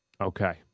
Okay